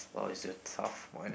oh it's a tough one